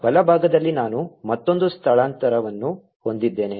ಬಲಭಾಗದಲ್ಲಿ ನಾನು ಮತ್ತೊಂದು ಸ್ಥಳಾಂತರವನ್ನು ಹೊಂದಿದ್ದೇನೆ